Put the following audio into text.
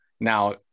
now